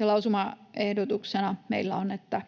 Lausumaehdotuksena meillä on, että